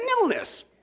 illness